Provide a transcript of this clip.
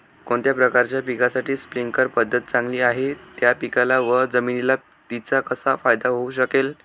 कोणत्या प्रकारच्या पिकासाठी स्प्रिंकल पद्धत चांगली आहे? त्या पिकाला व जमिनीला तिचा कसा फायदा होऊ शकेल?